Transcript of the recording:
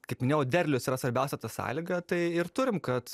kaip minėjau derlius yra svarbiausia ta sąlyga tai ir turim kad